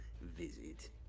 visit